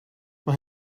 mae